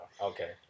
Okay